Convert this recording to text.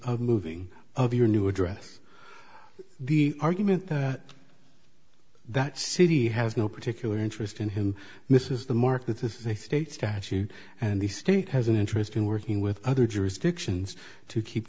of moving of your new address the argument that that city has no particular interest in him this is the mark that this is a state statute and the state has an interest in working with other jurisdictions to keep